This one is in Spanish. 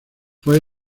fue